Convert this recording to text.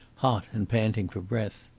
hot and panting for breath.